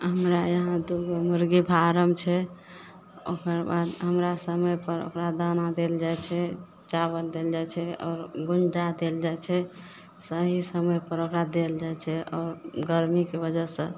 हमरा यहाँ दुगो मुर्गी फार्म छै ओकरबाद हमरा समयपर ओकरा दाना देल जाइ छै चावल देल जाइ छै आओर गुण्डा देल जाइ छै सही समयपर ओकरा देल जाइ छै आओर गर्मीके वजहसँ